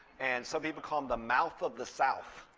and some people call him the mouth of the south.